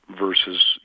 versus